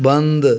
बन्द